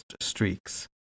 streaks